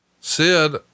Sid